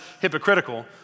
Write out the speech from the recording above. hypocritical